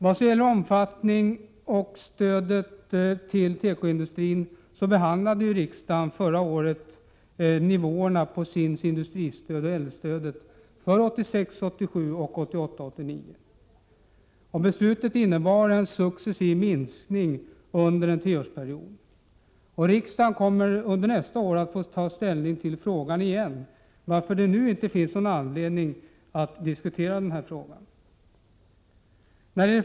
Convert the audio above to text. Vad gäller omfattningen av stödet till tekoindustrin beslutade riksdagen förra året om nivåerna på SIND:s industristöd och äldrestödet för 1986 89. Beslutet innebar en successiv minskning under en treårsperiod. Riksdagen kommer nästa år att få ta ställning till frågan igen, varför det nu inte finns anledning att diskutera den.